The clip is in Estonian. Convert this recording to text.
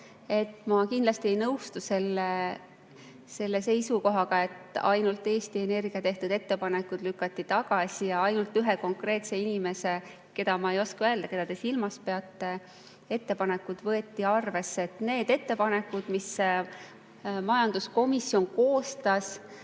Ma kindlasti ei nõustu selle seisukohaga, et ainult Eesti Energia tehtud ettepanekud lükati tagasi ja ainult ühe konkreetse inimese – ma ei oska öelda, keda te silmas peate – ettepanekud võeti arvesse. Need ettepanekud, mis majanduskomisjon koostas,